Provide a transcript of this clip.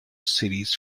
series